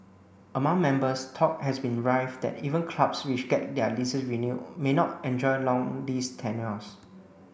among members talk has been rife that even clubs which get their leases renewed may not enjoy long lease tenures